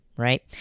right